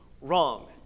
wrong